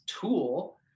Tool